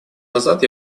назад